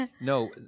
no